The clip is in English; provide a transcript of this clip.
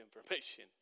information